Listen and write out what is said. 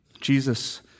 Jesus